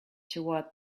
toward